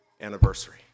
anniversary